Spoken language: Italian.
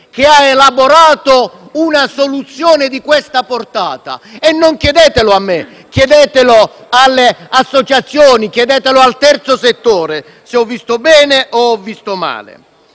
che ha elaborato una soluzione di questa portata. Non chiedetelo a me: chiedetelo alle associazioni, al terzo settore, se ho visto bene o ho visto male.